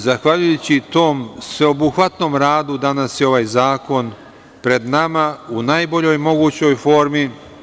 Zahvaljujući tom sveobuhvatnom radu danas je ovaj zakon pred nama u najboljoj mogućoj formi.